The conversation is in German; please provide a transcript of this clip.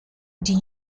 die